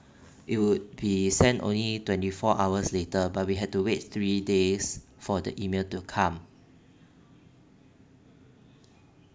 it would be sent only twenty four hours later but we had to wait three days for the email to come